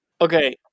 Okay